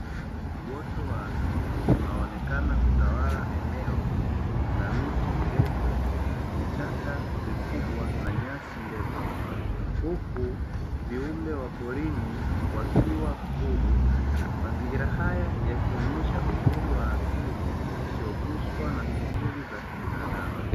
Uoto wa asili unaonekana kutawala eneo la miti mirefu, vichaka vikubwa, na nyasi ndefu huku, viumbe wa porini wakiwa huru. Mazingira haya yakionyesha uzuri wa asili usioguswa na shughuli za kibinadamu.